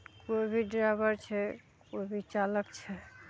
कोइ भी ड्राइवर छै कोइ भी चालक छै